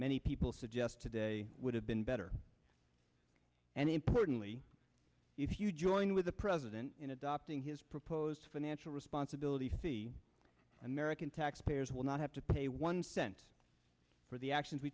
many people suggest today would have been better and importantly if you join with the president in adopting his proposed financial responsibility fee american taxpayers will not have to pay one cent for the actions we